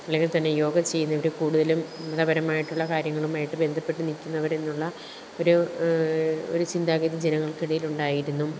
അല്ലെങ്കില് തന്നെ യോഗ ചെയ്യുന്നവർ കൂടുതലും മതപരമായിട്ടുള്ള കാര്യങ്ങളുമായിട്ട് ബന്ധപ്പെട്ട് നിൽക്കുന്നവർ എന്നുള്ള ഒരു ഒരു ചിന്താഗതി ജനങ്ങള്ക്കിടയില് ഉണ്ടായിരുന്നു